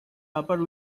upper